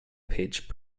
pitch